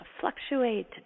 fluctuate